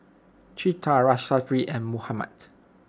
Citra Lestari and Muhammad